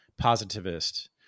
positivist